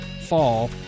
fall